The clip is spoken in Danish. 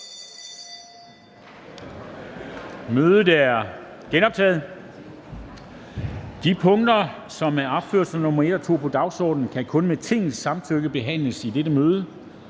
Kristensen): De punkter, som er opført som nr. 1 og 2 på dagsordenen, kan kun med Tingets samtykke behandles i dette møde.